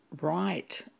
right